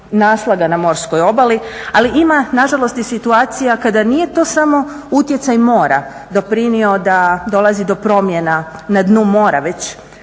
naslaga na morskoj obali, ali ima nažalost i situacija kada nije to samo utjecaj mora doprinio da dolazi do promjena na dnu mora već